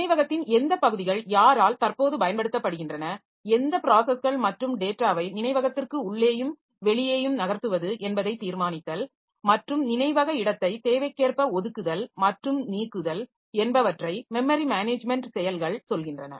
நினைவகத்தின் எந்த பகுதிகள் யாரால் தற்போது பயன்படுத்தப்படுகின்றன எந்த ப்ராஸஸ்கள் மற்றும் டேட்டாவை நினைவகத்திற்கு உள்ளேயும் வெளியேயும் நகர்த்துவது என்பதை தீர்மானித்தல் மற்றும் நினைவக இடத்தை தேவைக்கேற்ப ஒதுக்குதல் மற்றும் நீக்குதல் என்பவற்றை மெமரி மேனேஜ்மென்ட் செயல்கள் சொல்கின்றன